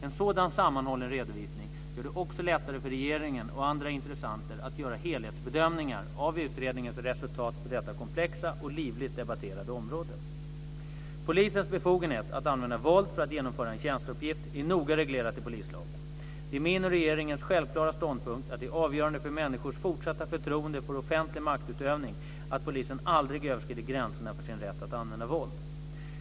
En sådan sammanhållen redovisning gör det också lättare för regeringen och andra intressenter att göra helhetsbedömningar av utredningens resultat på detta komplexa och livligt debatterade område. Polisens befogenhet att använda våld för att genomföra en tjänsteuppgift är noga reglerad i polislagen. Det är min och regeringens självklara ståndpunkt att det är avgörande för människors fortsatta förtroende för offentlig maktutövning att polisen aldrig överskrider gränserna för sin rätt att använda våld.